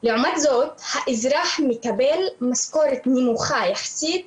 לעומת זאת האזרח מקבל משכורת נמוכה יחסית